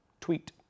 tweet